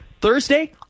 Thursday